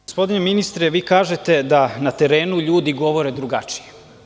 Gospodine ministre, vi kažete da na terenu ljudi govore drugačije.